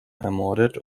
ermordet